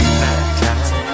nighttime